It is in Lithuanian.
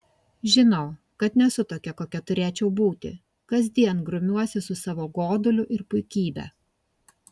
žinau kad nesu tokia kokia turėčiau būti kasdien grumiuosi su savo goduliu ir puikybe